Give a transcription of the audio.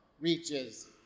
reaches